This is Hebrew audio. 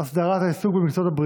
הסדרת מקצוע עוזר